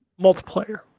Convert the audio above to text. multiplayer